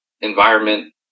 environment